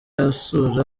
asura